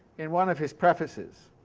in one of his prefaces,